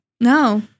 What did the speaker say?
No